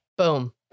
Boom